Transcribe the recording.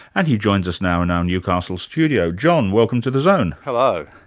and he joins us now now newcastle studio. john, welcome to the zone. hello.